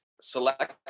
select